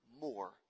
more